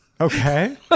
Okay